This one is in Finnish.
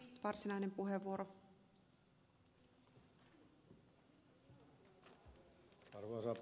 arvoisa rouva puhemies